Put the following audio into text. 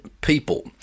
people